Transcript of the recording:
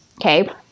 Okay